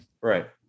right